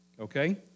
okay